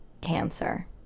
Cancer